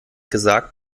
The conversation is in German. gesagt